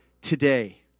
today